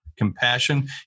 compassion